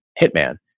hitman